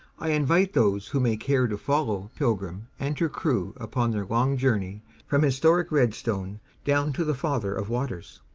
i invite those who may care to follow pilgrim and her crew upon their long journey from historic redstone down to the father of waters.